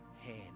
hand